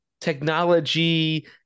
technology